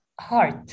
heart